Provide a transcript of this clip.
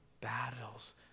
battles